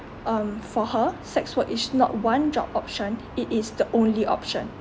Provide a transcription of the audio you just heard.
um for her sex work is not one job option it is the only option